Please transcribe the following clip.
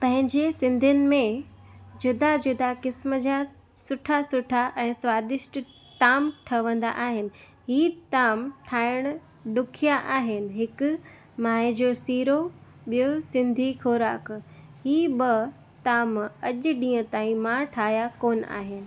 पंहिंजे सिंधियुनि में जुदा जुदा क़िस्म जा सुठा सुठा ऐं स्वादिष्ट ताम ठहंदा आहिनि ई ताम ठाहिण ॾुखिया आहिनि हिक माए जो सीरो ॿियों सिंधी ख़ोराक ई ॿ ताम अॼु ॾींहं ताईं मां ठाहिया कोन आहिनि